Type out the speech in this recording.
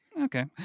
Okay